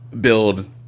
build